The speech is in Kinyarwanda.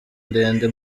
ndende